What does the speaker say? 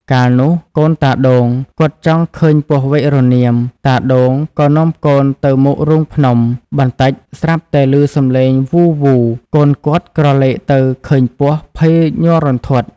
កាលនោះកូនតាដូង គាត់ចង់ឃើញពស់វែករនាម តាដូងក៏នាំកូនទៅមុខរូងភ្នំ បន្តិចស្រាប់តែឮសំឡេងវូរៗ កូនគាត់ក្រឡេកទៅឃើញពស់ ភ័យញ័ររន្ធត់។